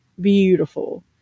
beautiful